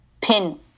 pin